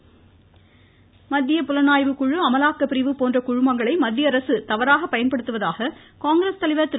ஆனந்த் ஷர்மா மத்திய புலனாய்வு குழு அமலாக்கப்பிரிவு போன்ற குழுமங்களை மத்திய அரசு தவறாக பயன்படுத்துவதாக காங்கிரஸ் தலைவர் திரு